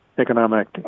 economic